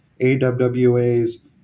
AWWA's